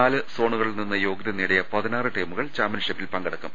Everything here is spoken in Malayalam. നാല് സോണുകളിൽ നിന്ന് യോഗൃത നേടിയ പതിനാറ് ടീമുകൾ ചാമ്പൃൻഷിപ്പിൽ പങ്കെടുക്കും